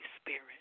Spirit